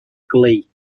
glee